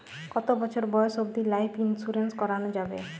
কতো বছর বয়স অব্দি লাইফ ইন্সুরেন্স করানো যাবে?